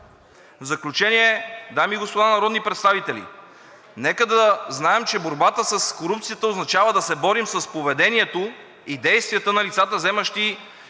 В заключение, дами и господа народни представители, нека да знаем, че борбата с корупцията означава да се борим с поведението и действията на лицата, заемащи